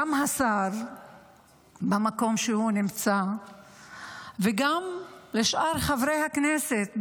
גם לשר במקום שהוא נמצא בו וגם לשאר חברי הכנסת,